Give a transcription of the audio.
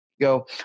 go